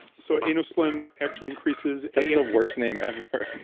so innoslim actually increases that the worst name ever.